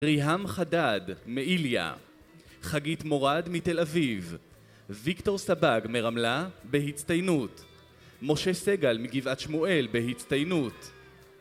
ריהם חדאד, מאיליה. חגית מורד, מתל אביב. ויקטור סבג, מרמלה, בהצטיינות. משה סגל, מגבעת שמואל, בהצטיינות.